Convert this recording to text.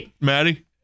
Maddie